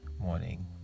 Morning